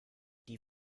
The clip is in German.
die